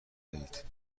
دهید